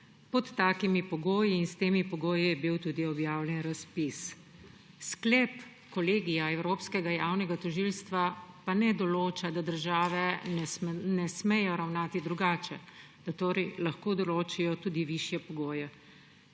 Pod takimi pogoji in s temi pogoji je bil tudi objavljen razpis. Sklep kolegija Evropskega javnega tožilstva pa ne določa, da države ne smejo ravnati drugače, torej lahko določijo tudi višje pogoje.